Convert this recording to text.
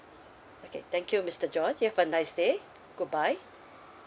okay thank you mister john you have a nice day goodbye